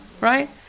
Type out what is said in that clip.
right